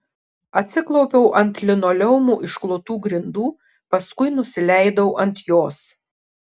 atsiklaupiau ant linoleumu išklotų grindų paskui nusileidau ant jos